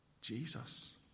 Jesus